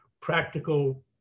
practical